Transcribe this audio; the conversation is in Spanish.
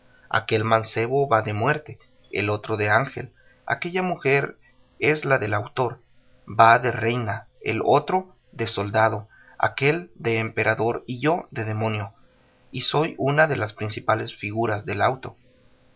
aquel mancebo va de muerte el otro de ángel aquella mujer que es la del autor va de reina el otro de soldado aquél de emperador y yo de demonio y soy una de las principales figuras del auto